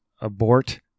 abort